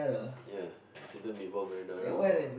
ya it's either meatball marinara or